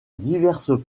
diverses